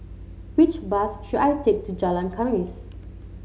which bus should I take to Jalan Khamis